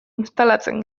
instalatzen